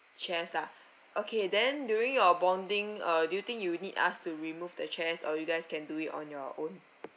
chairs lah okay then during your bonding uh do you think you need us to remove the chairs or you guys can do it on your own